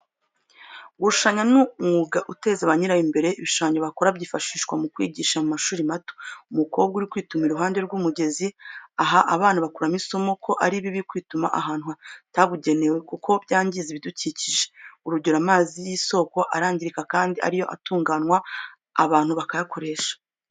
Gushushanya ni umwuga uteza banyirawo imbere, ibishushanyo bakora byifashishwa mu kwigisha mu mashuri mato, umukobwa uri kwituma iruhande rw'umugezi, aha abana bakuramo isomo ko ari bibi kwituma ahantu hatabugenewe kuko byangiza ibidukikishe, urugero amazi y'isoko arangirika kandi ariyo atunganwa abantu bakayakoresha.